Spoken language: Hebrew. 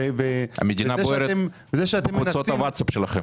המדינה בוערת בקבוצות הוואטסאפ שלכם.